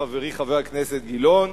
חברי חבר הכנסת גילאון,